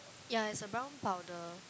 yeah it's a brown powder